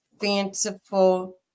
fanciful